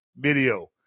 video